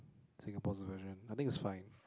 Singapore's version I think it's fine